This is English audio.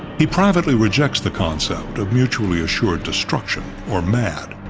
he privately rejects the concept of mutually assured destruction, or mad,